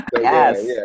yes